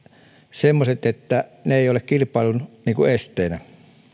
semmoiset että ne eivät ole kilpailun esteenä